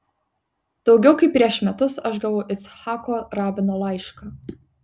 daugiau kaip prieš metus aš gavau icchako rabino laišką